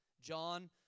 John